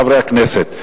חברי חברי הכנסת,